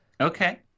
Okay